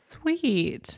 Sweet